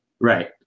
Right